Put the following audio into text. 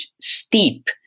steep